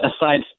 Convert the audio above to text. aside